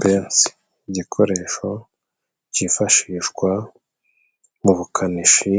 Petse; igikoresho cyifashishwa mu bukanishi,